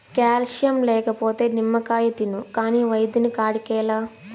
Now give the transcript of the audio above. calcium లేకపోతే నిమ్మకాయ తిను కాని వైద్యుని కాడికేలా